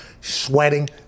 Sweating